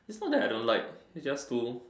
its not that I don't like its just too